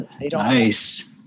Nice